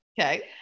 Okay